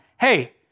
Hey